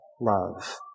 love